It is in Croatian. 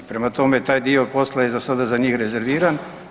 Prema tome, taj dio posla je za sada za njih rezerviran.